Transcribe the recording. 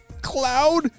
cloud